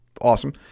awesome